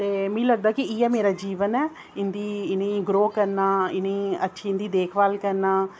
ते मी लगदा कि इ'यै मेरा जीवन ऐ इं'दी इ'नेंगी ग्रो करना इनेंगी अच्छी इं'दी देखभाल करना